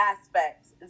aspects